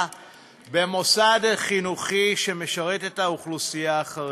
במוסד חינוכי שמשרת את האוכלוסייה החרדית.